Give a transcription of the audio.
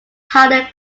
howden